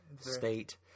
state